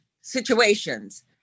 situations